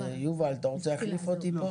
אתה רוצה להחליף אותי כאן?